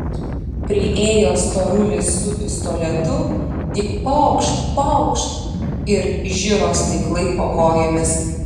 priėjo storulis su pistoletu tik paukšt paukšt ir žiro stiklai po kojomis